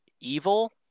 evil